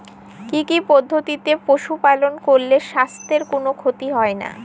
কি কি পদ্ধতিতে পশু পালন করলে স্বাস্থ্যের কোন ক্ষতি হয় না?